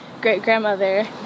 great-grandmother